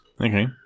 Okay